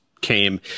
came